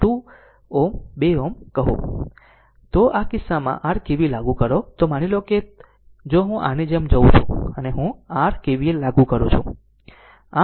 આમ આ કિસ્સામાં જો r KVL લાગુ કરો તો માની લો કે જો હું આની જેમ જઉ છું અને હું r KVL લાગુ કરું છું